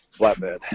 flatbed